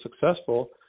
successful